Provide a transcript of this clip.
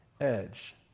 edge